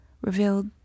revealed